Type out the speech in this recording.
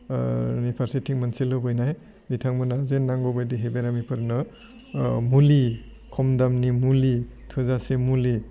फारसेथिं मोनसे लुबैनाय बिथांमोना जे नांगौबायदिहाय बेरामिफोरनो मुलि खम दामनि मुलि थोजासे मुलि